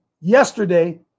yesterday